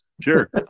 Sure